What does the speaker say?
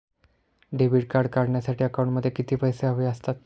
Debit card काढण्यासाठी अकाउंटमध्ये किती पैसे हवे असतात?